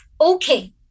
okay